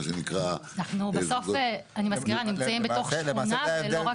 אנחנו בסוף אני מזכירה, נמצאים בתוך שכונה ולא רק.